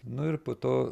nu ir po to